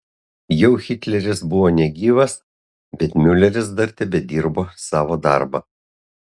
jau hitleris buvo negyvas bet miuleris dar tebedirbo savo darbą